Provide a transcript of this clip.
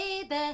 baby